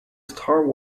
star